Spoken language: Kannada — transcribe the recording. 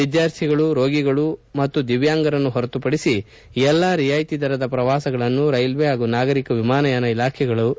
ವಿದ್ಯಾರ್ಥಿಗಳು ರೋಗಿಗಳು ಮತ್ತು ದಿವ್ಯಾಂಗರನ್ನು ಹೊರತುಪಡಿಸಿ ಎಲ್ಲಾ ರಿಯಾಯಿತಿ ದರದ ಪ್ರವಾಸಗಳನ್ನು ರೈಲ್ವೆ ಹಾಗೂ ನಾಗರಿಕ ವಿಮಾನಯಾನ ಇಲಾಖೆಗಳು ರದ್ದುಪಡಿಸಿವೆ